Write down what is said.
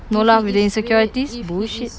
no lah with the insecurities bullshit